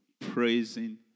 praising